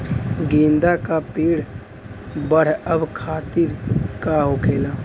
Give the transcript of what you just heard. गेंदा का पेड़ बढ़अब खातिर का होखेला?